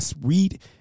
read